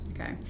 okay